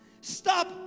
stop